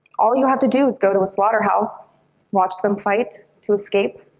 all you have to do is go to a slaughterhouse watch them fight to escape.